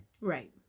Right